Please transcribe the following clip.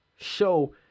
Show